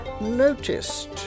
noticed